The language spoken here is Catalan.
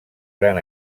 gran